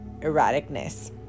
erraticness